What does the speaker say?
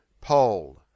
Pole